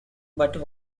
but